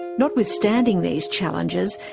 notwithstanding these challenges,